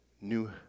New